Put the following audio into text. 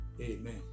Amen